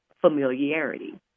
familiarity